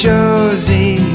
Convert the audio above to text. Josie